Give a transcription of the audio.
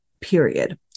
period